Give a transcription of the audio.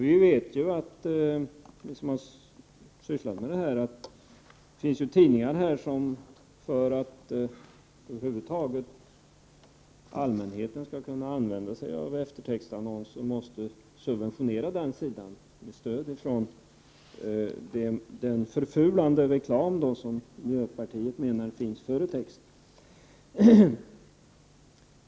Vi som sysslat med tidningar vet ju att det finns tidningar som, för att över huvud taget kunna använda sig av eftertextannonsering, måste subventionera sådana annonssidor med stöd från den förfulande reklam som miljöpartiet menar finns före texten.